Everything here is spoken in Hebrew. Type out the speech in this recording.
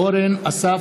אורן אסף